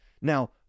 Now